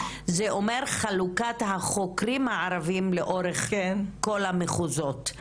זה אומר חלוקת החוקרים הערביים לאורך כל המחוזות,